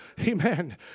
Amen